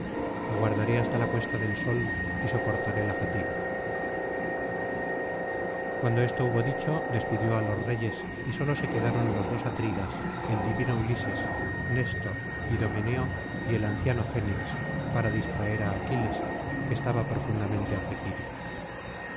aguardaré hasta la puesta del sol y soportaré la fatiga cuando esto hubo dicho despidió á los reyes y sólo se quedaron los dos atridas el divino ulises néstor idomeneo y el anciano fénix para distraer á aquiles que estaba profundamente afligido